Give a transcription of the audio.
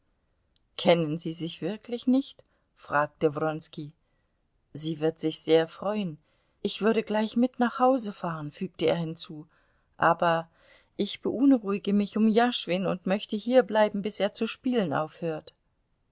kennen sie sich wirklich nicht fragte wronski sie wird sich sehr freuen ich würde gleich mit nach hause fahren fügte er hinzu aber ich beunruhige mich um jaschwin und möchte hierbleiben bis er zu spielen aufhört